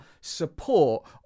support